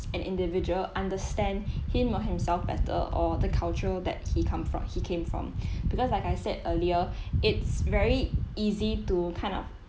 an individual understand him or himself better or the culture that he come from he came from because like I said earlier it's very easy to kind of